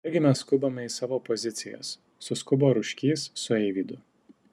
taigi mes skubame į savo pozicijas suskubo ruškys su eivydu